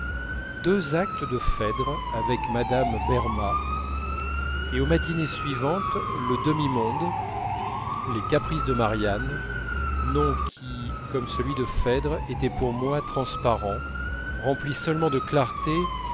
deux actes de phèdre avec mme berma et aux matinées suivantes le demi monde les caprices de marianne noms qui comme celui de phèdre étaient pour moi transparents remplis seulement de clarté